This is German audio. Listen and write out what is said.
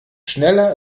schneller